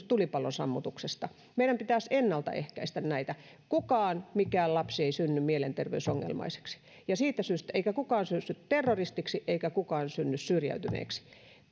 tulipalon sammutuksesta meidän pitäisi ennalta ehkäistä näitä kukaan mikään lapsi ei synny mielenterveysongelmaiseksi eikä kukaan synny terroristiksi eikä kukaan synny syrjäytyneeksi